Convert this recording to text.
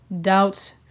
doubts